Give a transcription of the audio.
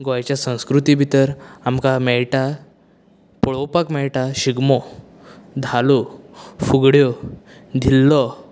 गोंयच्या संस्कृती भितर आमकां मेळटा पळोवपाक मेळटा शिगमो धालो फुगड्यो धिल्लो